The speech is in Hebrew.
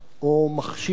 או מכשיר,